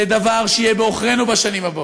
זה דבר שיהיה בעוכרינו בשנים הבאות.